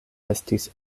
estis